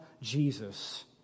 Jesus